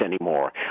anymore